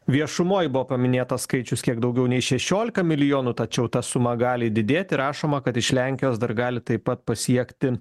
viešumoj buvo paminėtas skaičius kiek daugiau nei šešiolika milijonų tačiau ta suma gali didėti rašoma kad iš lenkijos dar gali taip pat pasiekti